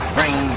rain